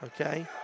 okay